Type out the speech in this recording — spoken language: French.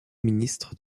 ministres